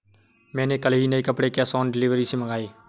मैंने कल ही नए कपड़े कैश ऑन डिलीवरी से मंगाए